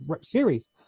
series